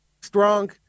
strong